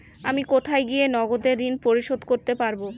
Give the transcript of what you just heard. আমি কোথায় গিয়ে নগদে ঋন পরিশোধ করতে পারবো?